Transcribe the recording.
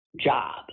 job